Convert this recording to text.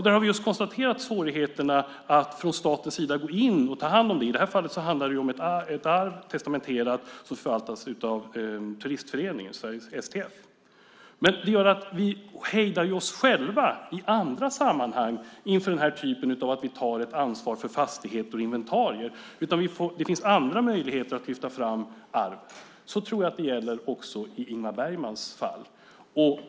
Där har vi konstaterat svårigheterna att från statens sida gå in och ta hand om det. I det här fallet handlar det om ett testamenterat arv som förvaltas av Turistföreningen, STF. Vi hejdar oss själva i andra sammanhang inför den här typen av engagemang där vi tar ett ansvar för fastigheter och inventarier. Det finns andra möjligheter att lyfta fram arv. Så tror jag att det gäller också i Ingmar Bergmans fall.